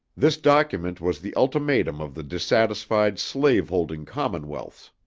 this document was the ultimatum of the dissatisfied slave-holding commonwealths.